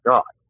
God